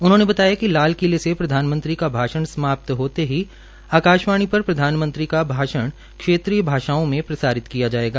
उन्होंने बताया कि लाल किले से प्रधानमंत्री का भाषण समाप्त होते ही आकाश्वाणी पर प्रधानमंत्री का भाष्ण क्षेत्रीय भाषाओं में प्रसारित किया जायेगा